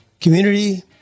community